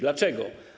Dlaczego?